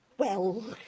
well,